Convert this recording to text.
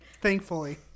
Thankfully